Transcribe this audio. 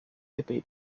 the